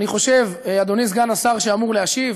אני חושב, אדוני סגן השר שאמור להשיב,